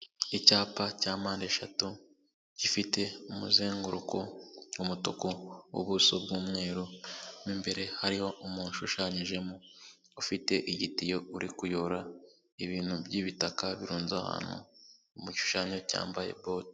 Icyapa cya mpande eshatu gifite umuzenguruko w'umutuku ubuso bw'umweru, mu imbere hariho umuntu ushushanyijemo ufite igitiyo uri kuyora ibintu by'ibitaka birunze ahantu, igishushanyo cyambaye bote.